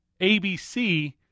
ABC –